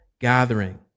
gathering